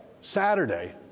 Saturday